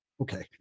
Okay